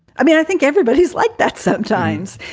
i mean, i think everybody's like that sometimes.